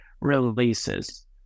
releases